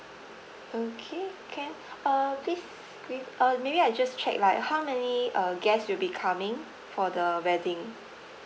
okay can uh please yo~ uh maybe I just check like how many uh guests will be coming for the wedding